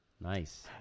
Nice